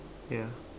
ya